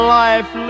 life